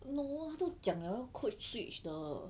no lah 都讲 liao 要 codeswitch 的